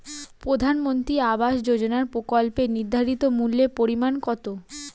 প্রধানমন্ত্রী আবাস যোজনার প্রকল্পের নির্ধারিত মূল্যে পরিমাণ কত?